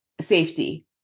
Safety